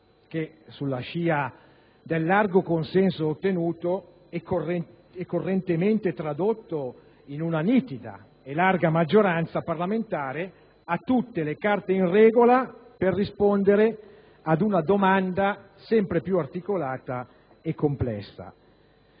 che, sulla scia del largo consenso ottenuto e correntemente tradotto in una nitida e larga maggioranza parlamentare, ha tutte le carte in regola per rispondere ad una domanda sempre più articolata e complessa.